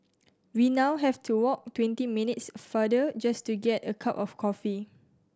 we now have to walk twenty minutes farther just to get a cup of coffee